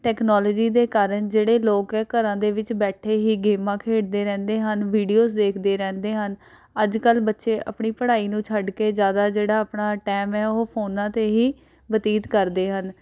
technology ਦੇ ਕਾਰਨ ਜਿਹੜੇ ਲੋਕ ਹੈ ਘਰਾਂ ਦੇ ਵਿੱਚ ਬੈਠੇ ਹੀ ਗੇਮਾਂ ਖੇਡਦੇ ਰਹਿੰਦੇ ਹਨ ਵੀਡਿਓਜ ਦੇਖਦੇ ਰਹਿੰਦੇ ਹਨ ਅੱਜ ਕੱਲ੍ਹ ਬੱਚੇ ਆਪਣੀ ਪੜ੍ਹਾਈ ਨੂੰ ਛੱਡ ਕੇ ਜ਼ਿਆਦਾ ਜਿਹੜਾ ਅਪਣਾ ਟਾਇਮ ਹੈ ਉਹ ਫੋਨਾਂ 'ਤੇ ਹੀ ਬਤੀਤ ਕਰਦੇ ਹਨ